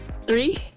three